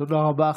תודה רבה.